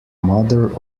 mother